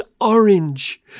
orange